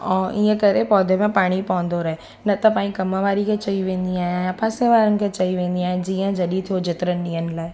ऐं इएं करे पौधे मां पाणी पवंदो रहे न त पंहिंजी कमु वारी खे चई वेंदी आहियां या पासे वारनि खे चई वेंदी आहियां जीअं जॾहिं थियो जेतिरनि ॾींहनि लाइ